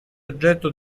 oggetto